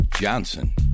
Johnson